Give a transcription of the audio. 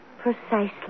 Precisely